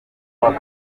mwaka